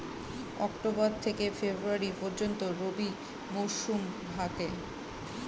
October থেকে February পর্যন্ত রবি মৌসুম থাকে